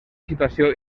situació